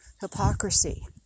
hypocrisy